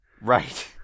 Right